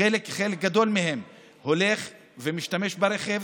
חלק גדול מהם הולך ומשתמש ברכב